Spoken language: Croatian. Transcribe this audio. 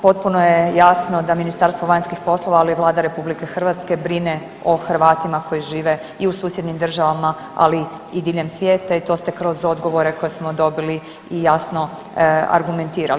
Potpuno je jasno da Ministarstvo vanjskih poslova, ali i Vlada RH brine o Hrvatima koji žive i u susjednim državama, ali i diljem svijeta i to ste kroz odgovore koje smo dobili i jasno argumentirali.